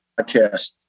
podcast